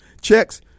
checks